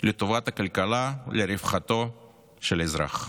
לטובת הכלכלה, לרווחתו של האזרח.